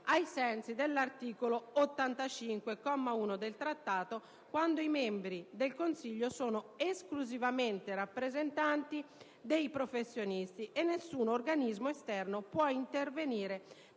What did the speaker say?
ai sensi dell'articolo 85, comma 1, del Trattato - quando i membri del Consiglio sono esclusivamente rappresentanti dei professionisti e nessun organismo esterno può intervenire